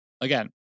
again